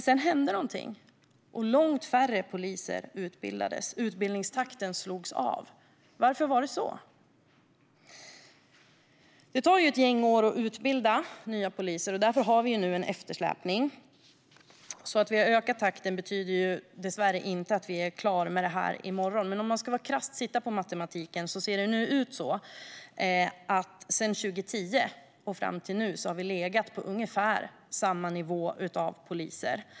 Sedan hände något, och långt färre poliser utbildades. Varför slog man av på utbildningstakten? Det tar ett gäng år att utbilda nya poliser, och därför har vi nu en eftersläpning. Att vi har ökat takten betyder dessvärre inte att vi är klara med det här i morgon, men om man krasst tittar på matematiken ser det nu ut så att vi sedan 2010 och fram till nu har legat på ungefär samma nivå när det gäller antalet poliser.